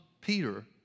Peter